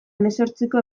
hemezortziko